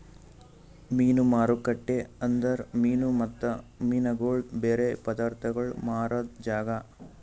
ಮೀನು ಮಾರುಕಟ್ಟೆ ಅಂದುರ್ ಮೀನು ಮತ್ತ ಮೀನಗೊಳ್ದು ಬೇರೆ ಪದಾರ್ಥಗೋಳ್ ಮಾರಾದ್ ಜಾಗ